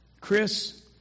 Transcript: Chris